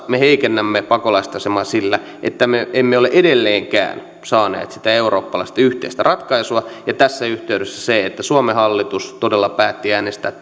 me heikennämme pakolaisten asemaa sillä että me emme ole edelleenkään saaneet sitä eurooppalaista yhteistä ratkaisua ja tässä yhteydessä se että suomen hallitus todella päätti äänestää